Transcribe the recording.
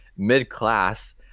mid-class